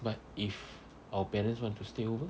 but if our parents want to stay over